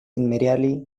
immediately